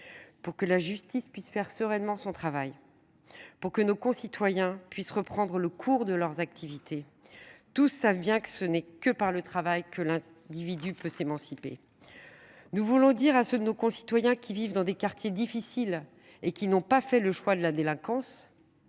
pour que la justice puisse faire sereinement son travail, pour que nos concitoyens puissent reprendre le cours de leurs activités. Tous le savent bien : ce n’est que par le travail que l’individu peut s’émanciper. Nous voulons dire à ceux de nos concitoyens qui vivent dans des quartiers difficiles et qui n’ont pas fait le choix de la délinquance,